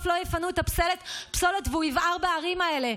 לא יפנו את הפסולת והיא תבער בערים האלה,